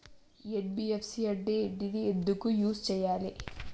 NBFC అంటే ఏంటిది ఎందుకు యూజ్ చేయాలి?